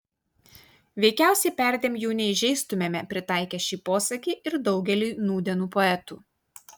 veikiausiai perdėm jų neįžeistumėme pritaikę šį posakį ir daugeliui nūdienių poetų